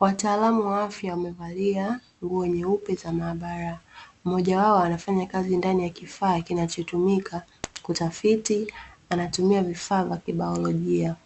Wataalamu wa afya wamevalia nguo nyeupe za maabara, mmoja wao anafanya kazi ndani ya kifaa kinachotumika kutafiti, anatumia vifaa vya kibailojia.